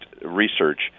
research